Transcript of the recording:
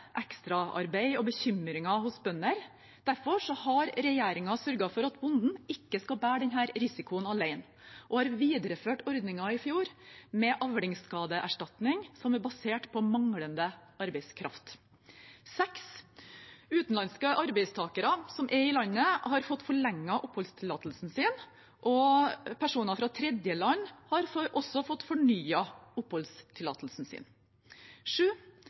ekstraarbeid og bekymringer hos bøndene. Derfor har regjeringen sørget for at bøndene ikke skal bære denne risikoen alene, og har videreført ordningen fra i fjor med avlingsskadeerstatning som er basert på manglende arbeidskraft. Utenlandske arbeidstakere som er i landet, har fått forlenget oppholdstillatelsen sin, og personer fra tredjeland har også fått fornyet oppholdstillatelsen sin.